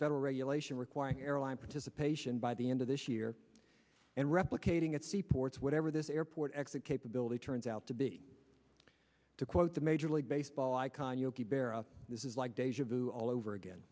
federal regulation requiring airline participation by the end of this year and replicating at sea ports whatever this airport exit capability turns out to be to quote the major league baseball icon yogi berra this is like deja vu all over again